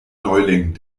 neuling